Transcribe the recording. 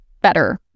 better